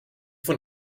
von